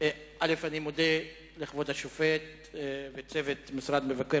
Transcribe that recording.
אני מודה לכבוד השופט ולצוות משרד מבקר